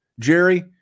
Jerry